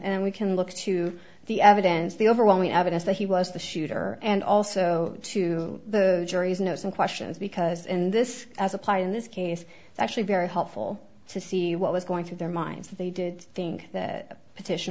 and we can look to the evidence the overwhelming evidence that he was the shooter and also to the jury's know some questions because in this as applied in this case actually very helpful to see what was going through their minds that they did think that petition